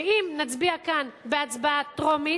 ואם נצביע כאן בהצבעה טרומית,